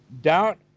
doubt